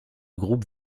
groupe